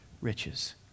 riches